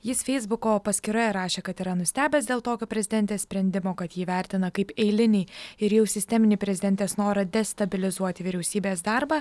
jis feisbuko paskyroje rašė kad yra nustebęs dėl tokio prezidentės sprendimo kad jį vertina kaip eilinį ir jau sisteminį prezidentės norą destabilizuoti vyriausybės darbą